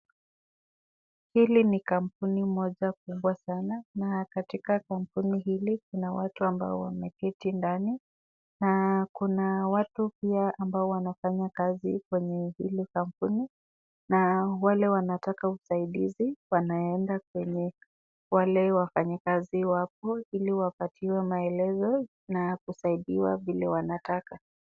Hili ni kampuni moja kubwa sana. Na katika kampuni hili kuna watu ambao wameketi ndani. Na kuna watu pia ambao wanafanya kazi kwenye hili kampuni, na wale wanataka usaidizi wanaenda kwenye wale wafanyakazi wapo, ili wapatiwe maelezo, na kusaidiwa vile wanataka.